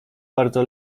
bardzo